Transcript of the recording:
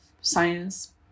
science